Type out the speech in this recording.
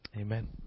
Amen